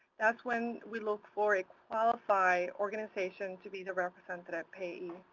that's when we look for a qualified organization to be the representative payee.